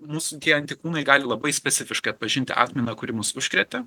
mūsų tie antikūnai gali labai specifiškai atpažinti atmainą kuri mus užkrėtė